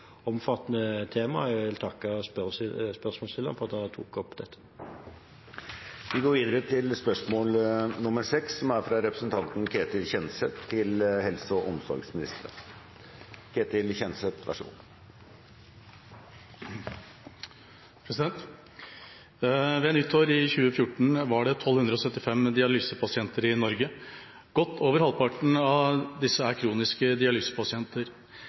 omfattende tema, og jeg vil takke spørsmålsstilleren for at han tok opp dette. «Per 31. desember 2013 var det 1 275 dialysepasienter i Norge. Godt over halvparten av disse er kroniske dialysepasienter.